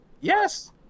Yes